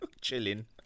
chilling